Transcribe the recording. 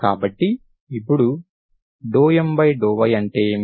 కాబట్టి ఇప్పుడు ∂M∂y అంటే ఏమిటి